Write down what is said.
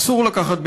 אסור לקחת בני-ערובה,